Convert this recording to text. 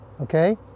Okay